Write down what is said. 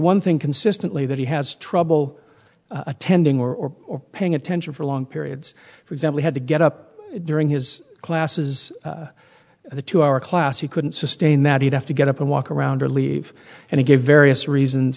one thing consistently that he has trouble attending or paying attention for long periods for example had to get up during his classes a two hour class he couldn't sustain that he'd have to get up and walk around or leave and he gave various reasons